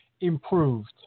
improved